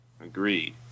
Agreed